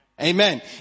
Amen